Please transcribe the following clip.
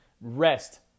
rest